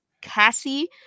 cassie